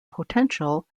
potential